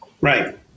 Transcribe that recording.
Right